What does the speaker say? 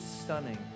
stunning